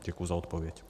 Děkuji za odpověď.